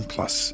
Plus